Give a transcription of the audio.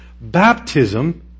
Baptism